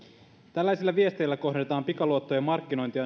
tällaisilla viesteillä kohdennetaan pikaluottojen markkinointia